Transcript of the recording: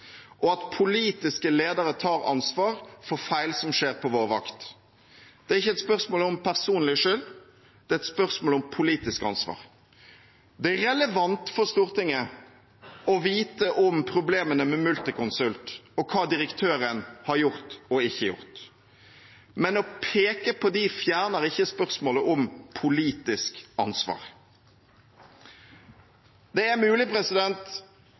og at politiske ledere tar ansvar for feil som skjer på vår vakt. Det er ikke et spørsmål om personlig skyld, det er et spørsmål om politisk ansvar. Det er relevant for Stortinget å vite om problemene med Multiconsult og hva direktøren har gjort og ikke gjort. Men å peke på dem fjerner ikke spørsmålet om politisk ansvar. Det er mulig